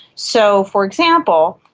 so, for example,